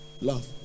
Love